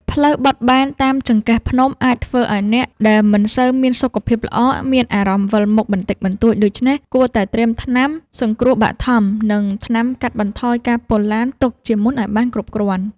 ផ្លូវបត់បែនតាមចង្កេះភ្នំអាចធ្វើឱ្យអ្នកដែលមិនសូវមានសុខភាពល្អមានអារម្មណ៍វិលមុខបន្តិចបន្តួចដូច្នេះគួរតែត្រៀមថ្នាំសង្គ្រោះបឋម និង ថ្នាំកាត់បន្ថយការពុលឡានទុកជាមុនឱ្យបានគ្រប់គ្រាន់។